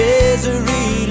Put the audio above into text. Misery